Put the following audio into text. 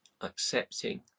Accepting